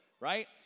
Right